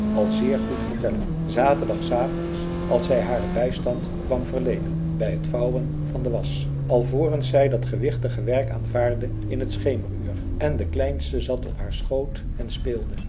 al zeer goed vertellen s zaterdags avonds als zij haren bijstand kwam verleenen bij het vouwen van de wasch alvorens zij dat gewichtige werk aanvaardde in het schemeruur en de kleinste zat op haar schoot en speelde